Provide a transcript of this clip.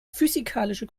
physikalische